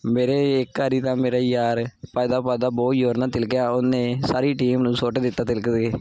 ਮੇਰੇ ਇੱਕ ਵਾਰੀ ਤਾਂ ਮੇਰਾ ਯਾਰ ਭੱਜਦਾ ਭੱਜਦਾ ਬਹੁਤ ਜ਼ੋਰ ਨਾਲ ਤਿਲਕਿਆ ਉਹਨੇ ਸਾਰੀ ਟੀਮ ਨੂੰ ਸੁੱਟ ਦਿੱਤਾ ਤਿਲਕ ਕੇ